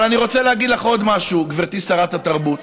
רק זאת הדרך.